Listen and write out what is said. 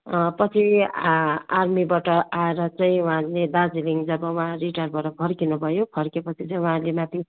पछि आ आर्मीबाट आएर चाहिँ उहाँले दार्जिलिङ जब उहाँ रिटायर भएर फर्किनु भयो फर्केपछि चाहिँ उहाँले माथि